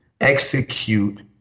execute